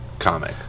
comic